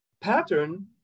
pattern